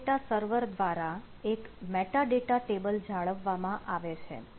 metadata server દ્વારા એક metadata table જાળવવામાં આવે છે